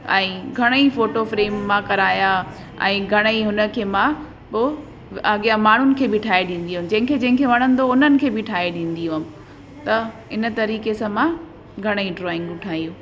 ऐं घणेई photo frame मां करायां ऐं घणई हुन खे मां पोइ अॻियां माण्हुनि खे बि ठाहे ॾींदी हुयमि जंहिं खे जंहिं खे वणंदो हुननि खे बि ठाहे ॾींदी हुअमि त इन तरीक़े सां मां घणेई ड्रॉइंगूं ठाहियूं